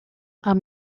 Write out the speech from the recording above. amb